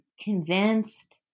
convinced